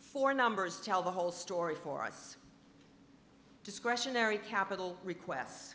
for numbers tell the whole story for us discretionary capital requests